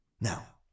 Now